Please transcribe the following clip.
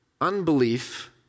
Unbelief